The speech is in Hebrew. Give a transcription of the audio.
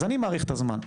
אז אני מעריך את הזמן.